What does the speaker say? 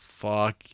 Fuck